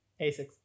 asics